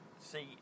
See